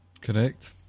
Correct